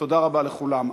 תודה רבה לכולם.